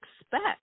expect